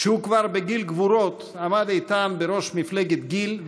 כשהוא כבר בגיל גבורות עמד איתן בראש מפלגת גיל,